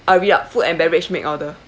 uh read out food and beverage make order